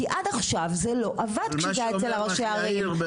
כי עד עכשיו זה לא עבד כשזה היה אצל ראשי העיר.